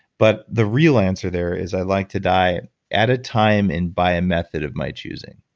but the real answer there is i'd like to die at a time and by a method of my choosing.